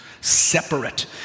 separate